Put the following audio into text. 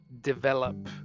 develop